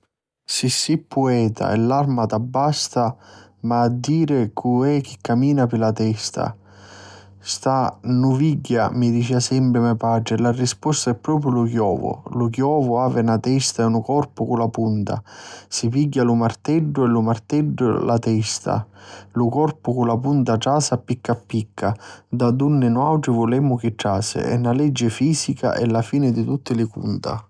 Si si pueta e l'arma t'abbasta m'hai a diri cu' è chi camina pi la testa. Sta nnuvinagghia mi la dicia sempri me patri e la risposta è propriu lu chiovu. Lu chiovu havi na testa e un corpu cu la punta. Si pigghiu lu marteddu e martiddiu la testa, lu corpu cu la punta trasi a picca a picca ddà dunni nuatri vulemu chi trasi. E' na liggi fisica a la fini di tutti li cunta.